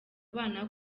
bana